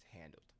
handled